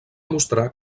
mostrar